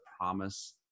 promise